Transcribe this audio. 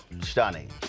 stunning